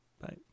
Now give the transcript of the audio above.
Bye